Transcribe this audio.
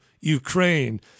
Ukraine